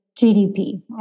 GDP